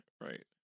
right